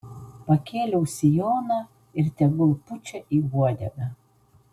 pakėliau sijoną ir tegu pučia į uodegą